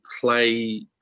play